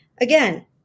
Again